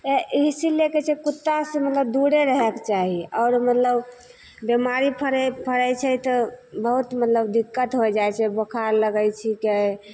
ए इसी लैके के कुत्तासे मतलब दूरे रहैके चाही आओर मतलब बेमारी फड़ै फड़ै छै तऽ बहुत मतलब दिक्कत होइ जाइ छै बोखार लागै छिकै